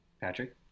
Patrick